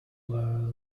were